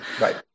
right